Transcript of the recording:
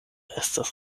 estas